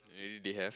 already behave